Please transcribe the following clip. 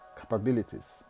capabilities